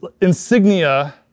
insignia